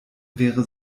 wäre